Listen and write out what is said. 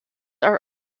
are